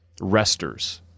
resters